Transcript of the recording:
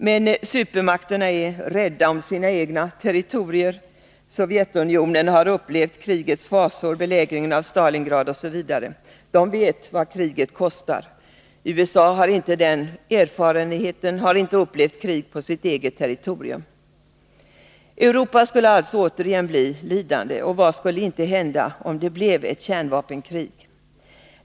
Men supermakterna är rädda om sina egna territorier. Sovjetunionen har upplevt krigets fasor — belägringen av Stalingrad osv. — och vet vad kriget kostar. USA har inte den erfarenheten, har inte upplevt krig på sitt eget territorium. Europa skulle alltså återigen bli lidande, och vad skulle inte hända om det blev ett kärnvapenkrig!